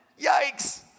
yikes